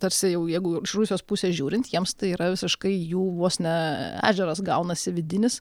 tarsi jau jeigu iš rusijos pusės žiūrint jiems tai yra visiškai jų vos ne ežeras gaunasi vidinis